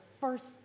first